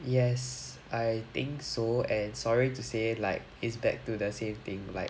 yes I think so and sorry to say like it's back to the same thing like